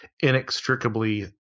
inextricably